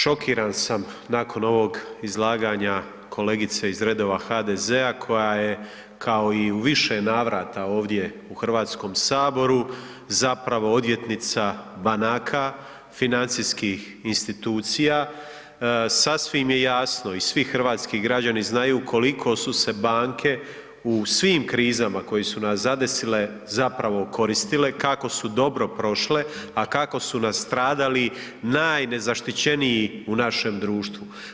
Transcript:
Šokiran sam nakon ovog izlaganja kolegice iz redova HDZ-a koja je kao i u više navrata ovdje u Hrvatskome saboru zapravo odvjetnica banaka, financijskih institucija, sasvim je jasno i svih hrvatski građani znaju koliko su se banke u svim krizama koje su nas zadesile zapravo okoristile, kako su dobro prošle, a kako su nastradali najnezaštićeniji u našem društvu.